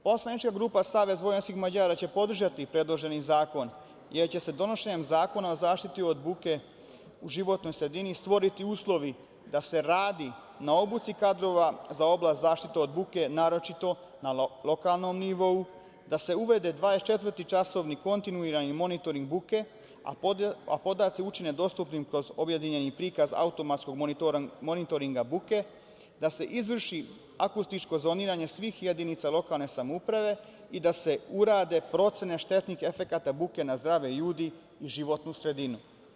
Poslanička grupa SVM će podržati predloženi zakon jer će se donošenjem Zakona o zaštiti od buke u životnoj sredini stvoriti uslovi da se radi na obuci kadrova za oblast zaštite od buke, naročito na lokalnom nivou, da se uvede dvadesetčetvoročasovni kontinuirani monitoring buke, a podaci dostupnim kroz objedinjeni prikaz automatskog monitoringa buke, da se izvrši akustično zoniranje svih jedinica lokalne samouprave i da se urade procene štetnih efekata buke na zdrave ljude i životnu sredinu.